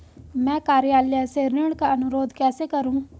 मैं कार्यालय से ऋण का अनुरोध कैसे करूँ?